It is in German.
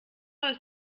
ist